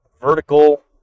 vertical